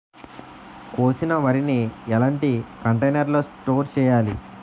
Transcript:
కోసిన వరిని ఎలాంటి కంటైనర్ లో స్టోర్ చెయ్యాలి?